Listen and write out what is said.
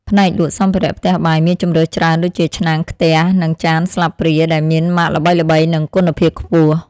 ផ្នែកលក់សម្ភារៈផ្ទះបាយមានជម្រើសច្រើនដូចជាឆ្នាំងខ្ទះនិងចានស្លាបព្រាដែលមានម៉ាកល្បីៗនិងគុណភាពខ្ពស់។